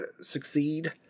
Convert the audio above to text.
succeed